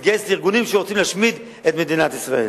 ולהתגייס לארגונים שרוצים להשמיד את מדינת ישראל.